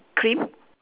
cream